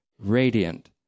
radiant